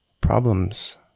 Problems